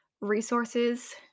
resources